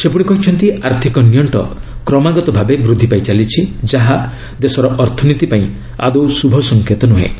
ସେ ପୁଣି କହିଛନ୍ତି ଆର୍ଥିକ ନିଅ ୍କ କ୍ରମାଗତ ଭାବେ ବୃଦ୍ଧି ପାଇ ଚାଲିଛି ଯାହା ଦେଶର ଅର୍ଥନୀତି ପାଇଁ ଆଦୌ ଶୁଭସଂକେତ ନୁହେଁ